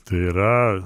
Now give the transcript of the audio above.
tai yra